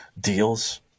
deals